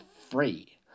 free